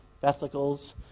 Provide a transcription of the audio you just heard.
vesicles